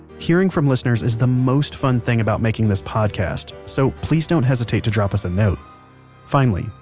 hearing from listeners is the most fun thing about making this podcast, so please don't hesitate to drop us a note finally,